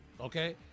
Okay